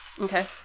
okay